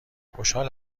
خوشحال